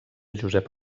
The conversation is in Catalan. josep